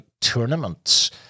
tournaments